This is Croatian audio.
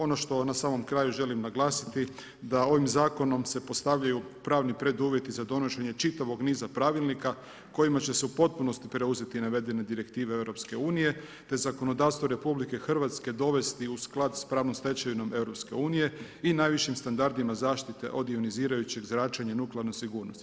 Ono što na samom kraju želim naglasiti da ovim zakonom se postavljaju pravni preduvjeti za donošenje čitavog niza pravilnika kojima će se u potpunosti preuzeti navedene direktive EU te zakonodavstvo RH dovesti u sklad sa pravnom stečevinom EU i najvišim standardima zaštite od ionizirajućeg zakona nuklearne sigurnosti.